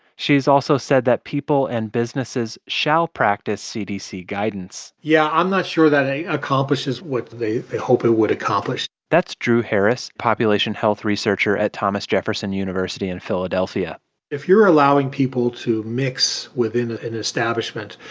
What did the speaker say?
she has also said that people and businesses shall practice cdc guidance yeah, i'm not sure that accomplishes what they hope it would accomplish that's drew harris, population health researcher at thomas jefferson university in philadelphia if you're allowing people to mix within an establishment,